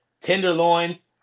tenderloins